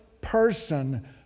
person